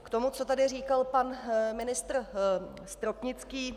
K tomu, co tady říkal pan ministr Stropnický.